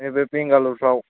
नैबे बेंगालरफ्राव